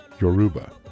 Yoruba